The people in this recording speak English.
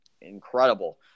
incredible